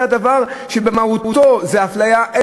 זה הדבר שבמהותו הוא אפליה.